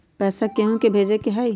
पैसा भेजे के हाइ?